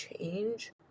change